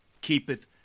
keepeth